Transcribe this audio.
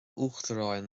uachtaráin